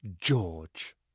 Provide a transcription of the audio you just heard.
George